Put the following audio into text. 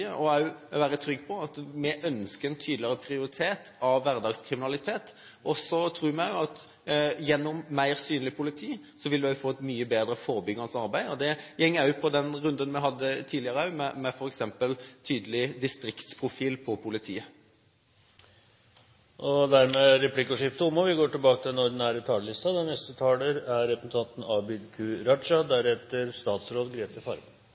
være trygg på at vi ønsker en tydeligere prioritering av hverdagskriminalitet. Så tror vi at gjennom mer synlig politi vil vi også få et mye bedre forebyggende arbeid. Dette går også på det vi hadde oppe i den runden vi hadde tidligere, med f.eks. tydelig distriktsprofil på politiet. Replikkordskiftet er omme. Terrorangrepene 22. juli har aktualisert justispolitikkens grunnleggende oppgave: Å sikre borgernes trygghet innenfor rettsstatens bærende prinsipper. Den